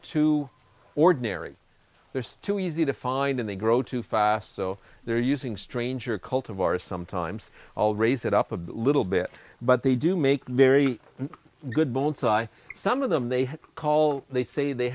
too ordinary there's too easy to find and they grow too fast so they're using stranger cult of our sometimes i'll raise it up a little bit but they do make very good bonsai some of them they call they say they